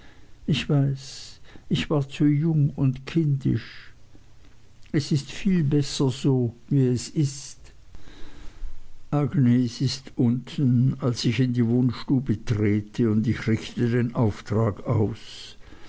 ich weiß ich war zu jung und kindisch es ist viel besser so wie es ist agnes ist unten als ich in die wohnstube trete und ich richte den auftrag aus